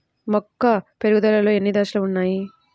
మొక్క పెరుగుదలలో ఎన్ని దశలు వున్నాయి?